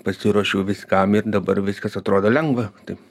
pasiruošiau viskam ir dabar viskas atrodo lengva taip